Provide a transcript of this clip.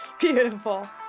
Beautiful